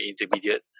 intermediate